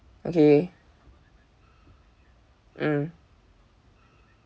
okay mm